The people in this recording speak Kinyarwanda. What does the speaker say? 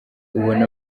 ubona